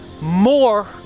more